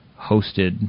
hosted